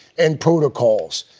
and protocols.